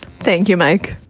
thank you, mike